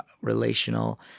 relational